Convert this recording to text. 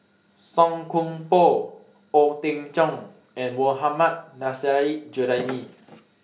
Song Koon Poh Ong Teng Cheong and Mohammad Nurrasyid Juraimi